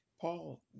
Paul